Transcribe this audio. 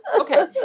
Okay